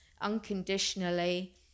unconditionally